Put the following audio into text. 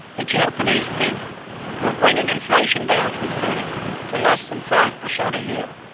the japanese people were bringing inflation down from thirty to less than five percent a year.